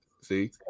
See